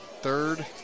third